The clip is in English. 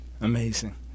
Amazing